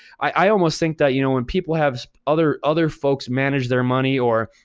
i almost think that you know when people have other other folks manage their money or,